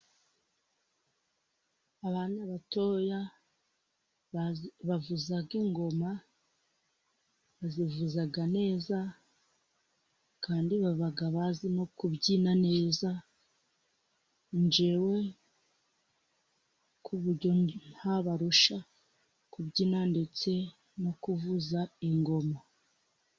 Abana batoya bavuza ingoma, bazivuza neza kandi baba bazi no kubyina neza, njewe ku buryo ntabarusha, kubyina ndetse no kuvuza ingoma.